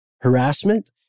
harassment